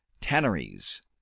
tanneries